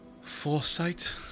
foresight